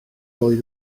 oedd